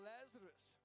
Lazarus